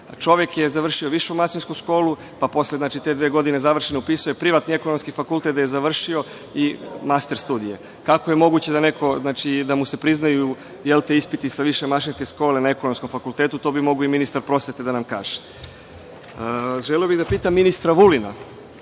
Čovek je završio Višu mašinsku školu, pa je posle dve godine završene upisao privatni Ekonomski fakultet gde je završio i master studije. Kako je moguće da mu se priznaju ispiti sa Više mašinske škole na Ekonomskom fakultetu? To bi mogao i ministar prosvete da nam kaže. Želeo bih da pitam ministra Vulina